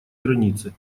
границы